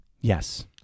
Yes